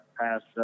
past